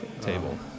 table